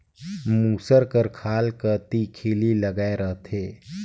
मूसर कर खाल कती खीली लगाए रहथे